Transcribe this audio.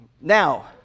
Now